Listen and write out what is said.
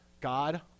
God